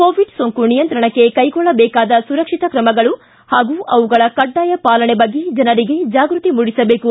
Covid ಸೋಂಕು ನಿಯಂತ್ರಣಕ್ಕೆ ಕೈಗೊಳ್ಳಬೇಕಾದ ಸುರಕ್ಷಿತ ಕ್ರಮಗಳು ಹಾಗೂ ಅವುಗಳ ಕಡ್ಡಾಯ ಪಾಲನೆ ಬಗ್ಗೆ ಜನರಿಗೆ ಜಾಗೃತಿ ಮೂಡಿಸಬೇಕು